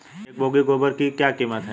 एक बोगी गोबर की क्या कीमत है?